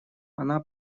она